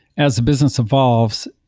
as the business evolved,